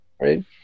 Right